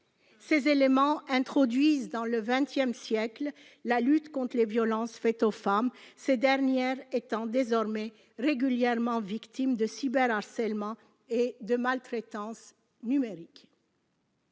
Ces éléments introduisent dans le XXI siècle, la lutte contre les violences faites aux femmes, ces dernières étant désormais régulièrement victimes de cyberharcèlement et de maltraitance numérique.